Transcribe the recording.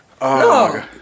No